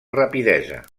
rapidesa